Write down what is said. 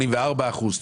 84 אחוזים?